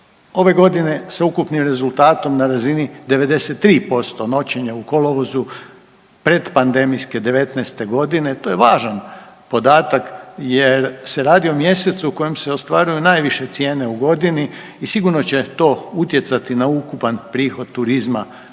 Ove godine s ukupnim rezultatom na razini 93% noćenja u kolovozu. Pretpandemijske '19. godine to je važan podatak jer se radi o mjesecu u kojem se ostvaruju najviše cijene u godini i sigurno će to utjecati na ukupan prihod turizma u